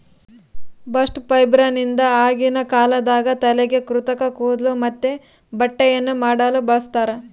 bast ಫೈಬರ್ನಿಂದ ಆಗಿನ ಕಾಲದಾಗ ತಲೆಗೆ ಕೃತಕ ಕೂದ್ಲು ಮತ್ತೆ ಬಟ್ಟೆಯನ್ನ ಮಾಡಲು ಬಳಸ್ತಾರ